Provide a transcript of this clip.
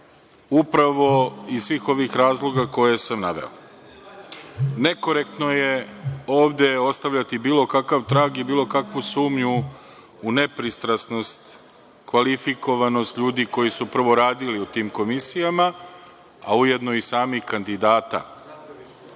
upravo iz svih ovih razloga koje sam naveo. Nekorektno je ovde ostavljati bilo kakav trag i bilo kakvu sumnju u nepristrasnost, kvalifikovanost ljudi koji su prvo radili u tim komisijama, a ujedno i samih kandidata. Nisam